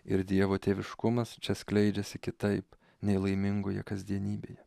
ir dievo tėviškumas čia skleidžiasi kitaip nei laimingoje kasdienybėje